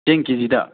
ꯆꯦꯡ ꯀꯦ ꯖꯤꯗ